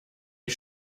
ich